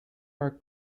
our